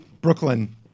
Brooklyn